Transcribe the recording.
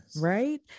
right